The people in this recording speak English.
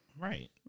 Right